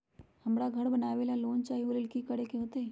हमरा घर बनाबे ला लोन चाहि ओ लेल की की करे के होतई?